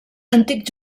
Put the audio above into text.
antic